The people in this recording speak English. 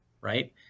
right